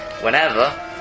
Whenever